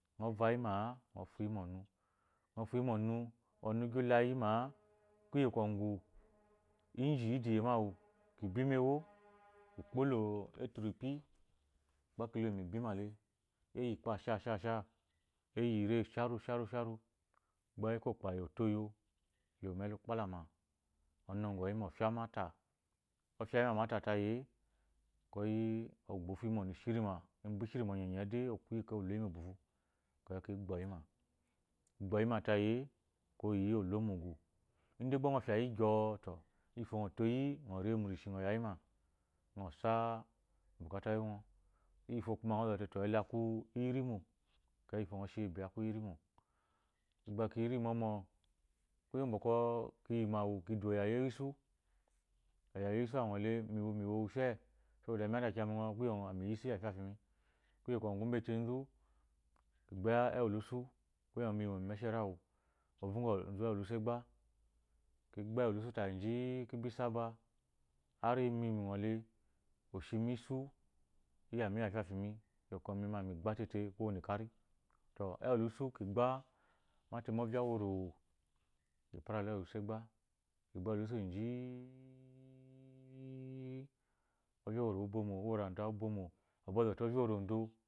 Ngo vayi ma ngɔ fuyi mu ngɔ fuyi mu ɔnu ɔnu ugi ulayi ma kuyi kungu iji idi ye mawu ki bi mu iewo ki kpolo eturu pi gba ki ko mu bima le eyi ikpasha sha sha eyi ire sharu sharu gba eko kpayi oto oyo oluyi mu elu kpalama le onɔgɔyima ofyamata ofiya mayi mata tayi e ekweyi ɔgbo ofu yi momu eshiri ishiri ma onye nye de okuyima oloyi mu egbufu ekeyi ki gbɔyima ki gbɔyimatayie ekeyi oyi yi olo mugu ide gbangɔ fiya yi gyɔo to iyi fo ngɔ toyi ngɔ remu rishi ngɔ yayi ma ngɔ sa obu kata uwu ewungo iyi fo kuma to ngɔ te ele aku iyi rimo ekeyi iyifo ngɔ shiyi bi aku irimo ki gba kiri mɔmɔ kuye ugwu bwɔkwɔ kiyi mo awu ki du oyaye uwu isu oyaye uwu isu anghole imi mi wowu she mi isu iyi fa fimi kuye kungu ume tenzu ki gba ewu iyi luau kuye miyi mo mu imesheri wu ɔvɔgɔzu ewu lusu egba ki gba ewu lusu tayi ji-i ki saba harimi mi kwɔle oshi mi isu iya mi iya fafami teimi mi gba tete kowane kari to ewulusu kigba mate mu ovya uwurowo ki para la ewulusu egba egba isu ji-i ji-i ovya vworowo ubomo ovya owuranda ɔbozote ovya uworodo